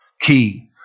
key